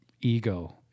ego